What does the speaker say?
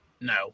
No